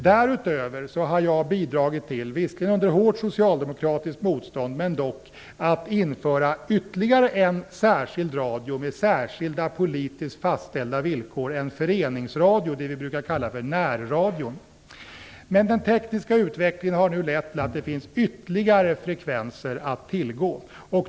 Därutöver har jag, visserligen under hårt socialdemokratiskt motstånd men dock, bidragit till att införa ytterligare en särskild radio med särskilda, politiska fastställda villkor - en föreningsradio. Det är det vi brukar kalla för närradion. Den tekniska utvecklingen har nu lett till att det finns ytterligare frekvenser att tillgå.